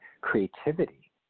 creativity